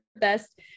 best